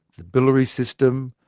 the bilary system,